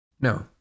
No